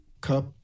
Cup